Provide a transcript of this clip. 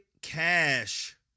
cash